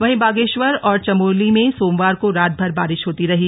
वहीं बागेश्वर और चमोली में सोमवार को रातभर बारिश होती रही